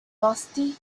musty